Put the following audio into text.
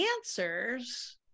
answers